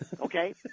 Okay